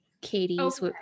Katie's